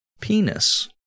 penis